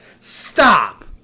Stop